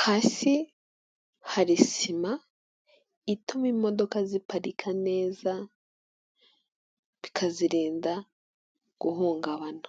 Hasi hari sima ituma imodoka ziparika neza bikazirinda guhungabana.